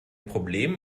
problem